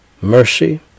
mercy